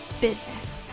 business